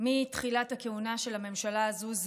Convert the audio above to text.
מתחילת הכהונה של הממשלה הזו.